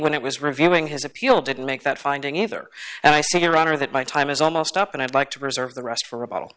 when it was reviewing his appeal didn't make that finding either and i see your honor that my time is almost up and i'd like to reserve the rest for a bottle